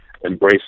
embrace